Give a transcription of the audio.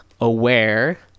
aware